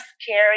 scary